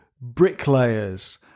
bricklayers